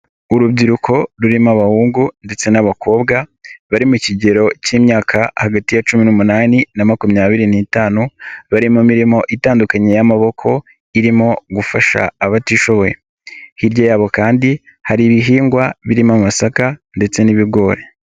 Urubyiruko rurimo abahungu ndetse n'abakobwa, bari mu kigero k'imyaka hagati ya cumi n'umunani na makumyabiri n'itanu, bari mu mirimo itandukanye y'amaboko irimo gufasha abatishoboye. Hirya yabo kandi hari ibihingwa birimo amasaka ndetse n'ibigori.